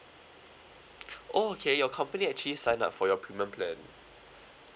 oh K your company actually sign up for your premium plan